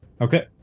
Okay